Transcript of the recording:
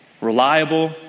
reliable